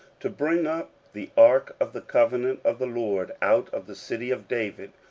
to bring up the ark of the covenant of the lord out of the city of david,